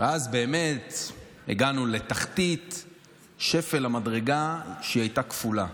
ואז באמת הגענו לשפל המדרגה, שהייתה כפולה,